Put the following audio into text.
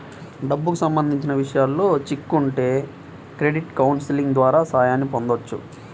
డబ్బుకి సంబంధించిన విషయాల్లో చిక్కుకుంటే క్రెడిట్ కౌన్సిలింగ్ ద్వారా సాయాన్ని పొందొచ్చు